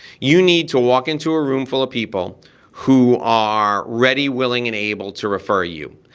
you need to walk into a room full of people who are ready, willing and able to refer you.